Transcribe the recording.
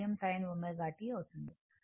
అవుతుంది